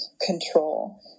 control